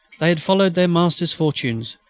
they had followed their masters' fortunes.